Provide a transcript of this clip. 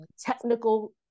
technical